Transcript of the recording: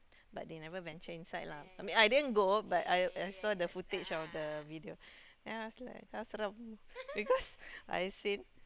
but they never venture inside lah I mean I didn't go but I I saw the footage of the video then I was like ah seram because I seen